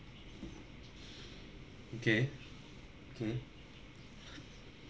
okay okay